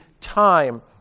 time